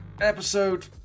episode